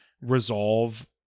resolve